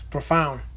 Profound